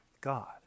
God